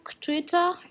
Twitter